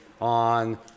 on